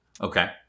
Okay